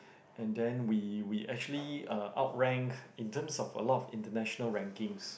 and then we we actually uh outrank in terms of a lot of international rankings